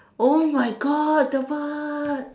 oh my God that part